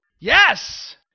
Yes